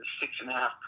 six-and-a-half